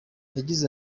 yagize